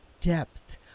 depth